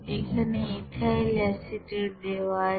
এখানে ethyl acetate দেওয়া আছে